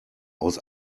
aus